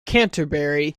canterbury